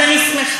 אז אני שמחה,